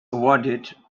awarded